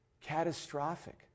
Catastrophic